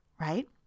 Right